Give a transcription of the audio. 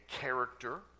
character